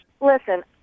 Listen